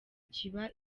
kiba